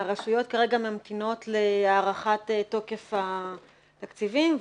והרשויות כרגע ממתינות להארכת תוקף התקציבים.